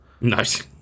Nice